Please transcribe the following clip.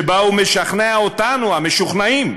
שבה הוא משכנע אותנו, המשוכנעים,